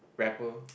rapper